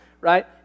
right